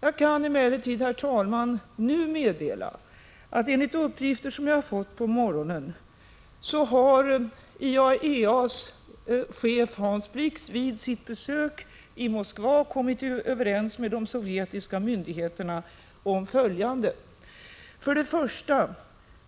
Jag kan emellertid, herr talman, nu meddela att enligt uppgifter jag har fått på morgonen har IAEA:s chef Hans Blix vid sitt besök i Moskva kommit överens med de sovjetiska myndigheterna om följande: För det första: